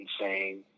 insane